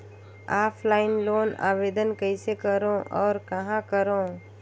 Offline loan आवेदन कइसे करो और कहाँ करो?